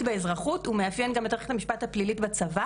באזרחות הוא מאפיין גם את מערכת המשפט הפלילית בצבא